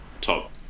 top